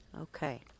Okay